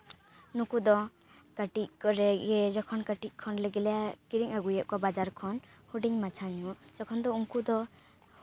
ᱱᱩᱠᱩ ᱫᱚ ᱠᱟᱹᱴᱤᱡ ᱠᱚᱨᱮᱜᱮ ᱡᱚᱠᱷᱚᱱ ᱠᱟᱹᱴᱤᱡ ᱠᱷᱚᱱ ᱜᱮᱞᱮ ᱠᱤᱨᱤᱧ ᱟᱹᱜᱩᱭᱮᱜ ᱠᱚᱣᱟ ᱵᱟᱡᱟᱨ ᱠᱷᱚᱱ ᱦᱩᱰᱤᱧ ᱢᱟᱪᱷᱟ ᱧᱚᱜ ᱛᱚᱠᱷᱚᱱ ᱫᱚ ᱩᱱᱠᱩ ᱫᱚ